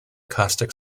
caustic